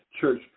church